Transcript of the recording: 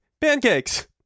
pancakes